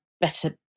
better